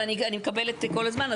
אבל אני מקבלת כל הזמן,